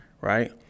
right